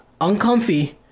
Uncomfy